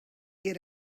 get